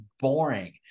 boring